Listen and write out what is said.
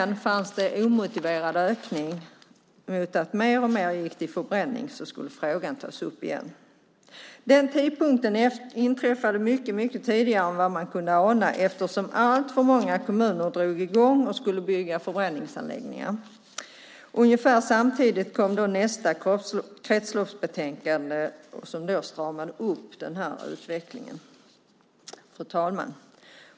Fanns det en omotiverad ökning mot att mer och mer gick till förbränning skulle frågan tas upp igen. Detta inträffade mycket tidigare än vad man kunnat ana, eftersom alltför många kommuner drog i gång och skulle bygga förbränningsanläggningar. Ungefär samtidigt kom nästa kretsloppsbetänkande som stramade upp denna utveckling. Fru talman!